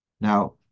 now